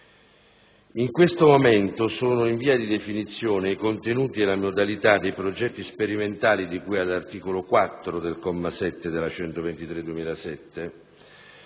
In questo momento sono in via di definizione i contenuti e le modalità dei progetti sperimentali di cui all'articolo 4, comma 7, della legge